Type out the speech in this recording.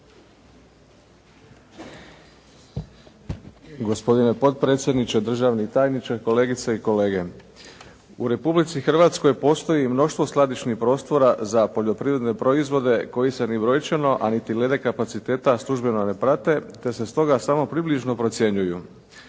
Hrvatskoj postoji mnoštvo skladišnih prostora za poljoprivredne proizvode koji se ni brojčano, a niti glede kapaciteta službeno ne prate te se stoga samo približno procjenjuju.